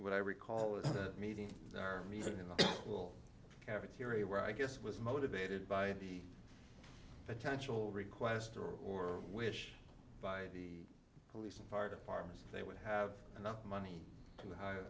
what i recall was a meeting reason in the school cafeteria where i guess was motivated by the potential requester or wish by the police and fire departments they would have enough money to hire